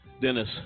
Dennis